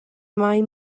mae